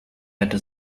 hätte